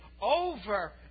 over